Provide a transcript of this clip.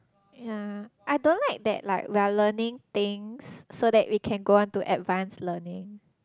yea I don't like that like we are learning things so that we can go on to advanced learning